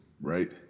right